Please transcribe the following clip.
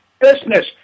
business